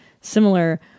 similar